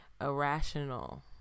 irrational